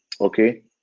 okay